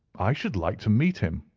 i should like to meet him,